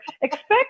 expect